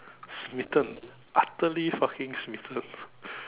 smitten utterly fucking smitten